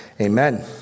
amen